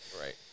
Right